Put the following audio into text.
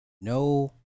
No